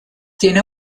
tiene